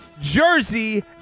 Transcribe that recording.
jersey